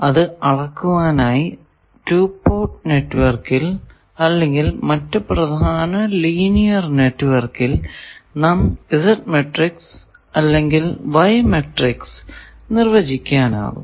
അത് അളക്കുവാനായി 2 പോർട്ട് നെറ്റ്വർക്കിൽ അല്ലെങ്കിൽ മറ്റു പ്രധാന ലീനിയർ നെറ്റ്വർക്കിൽ നമുക്ക് Z മാട്രിക്സ് അല്ലെങ്കിൽ Y മാട്രിക്സ് നിർവചിക്കാനാകും